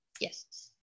Yes